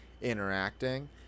interacting